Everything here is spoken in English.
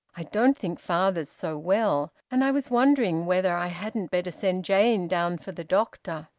i don't think father's so well, and i was wondering whether i hadn't better send jane down for the doctor.